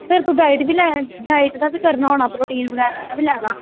फिर ते डाईट दा बी करना होना प्रोटीन बगैरा दा बी करना होना